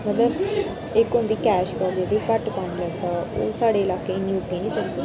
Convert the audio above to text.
मतलब इक होंदी कैश क्राफ्स जिसी तां ओह् साढ़े लाके च घट्ट पांदे ओह् साढ़े लाके च इन्नी उग्गी नी सकदी